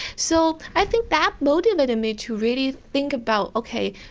so i think that motivated me to really think about, okay,